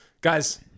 Guys